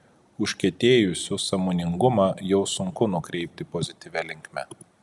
užkietėjusių sąmoningumą jau sunku nukreipti pozityvia linkme